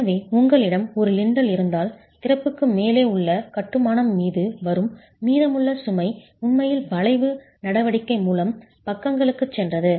எனவே உங்களிடம் ஒரு லிண்டல் இருந்தால் திறப்புக்கு மேலே உள்ள கட்டுமானம் மீது வரும் மீதமுள்ள சுமை உண்மையில் வளைவு நடவடிக்கை மூலம் பக்கங்களுக்குச் சென்றது